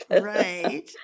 right